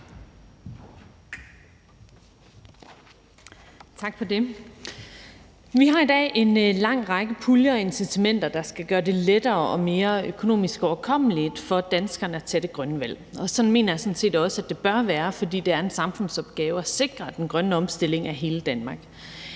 Vi har i dag en lang række puljer og incitamenter, der skal gøre det lettere og mere økonomisk overkommeligt for danskerne at tage det grønne valg. Og sådan mener jeg sådan set også at det bør være, for det er en samfundsopgave at sikre den grønne omstilling af hele Danmark.